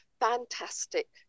Fantastic